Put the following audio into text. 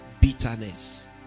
bitterness